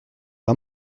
pas